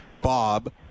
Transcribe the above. Bob